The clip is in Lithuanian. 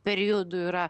periodu yra